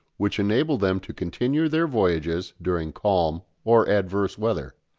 which enable them to continue their voyages during calm or adverse weather.